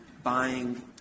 buying